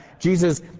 Jesus